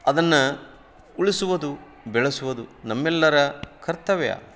ಅದನ್ನು ಉಳಿಸುವುದು ಬೆಳೆಸುವುದು ನಮ್ಮೆಲ್ಲರ ಕರ್ತವ್ಯ